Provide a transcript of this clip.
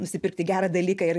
nusipirkti gerą dalyką ir